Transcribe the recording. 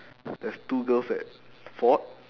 there's two girls that fought